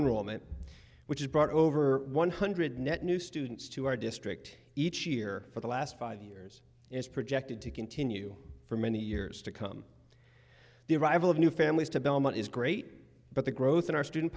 roman which is brought over one hundred net new students to our district each year for the last five years is projected to continue for many years to come the arrival of new families to belmont is great but the growth in our student